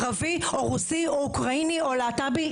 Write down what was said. ערבי או רוסי או אוקראיני או להט"בי.